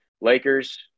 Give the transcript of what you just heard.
Lakers